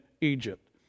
Egypt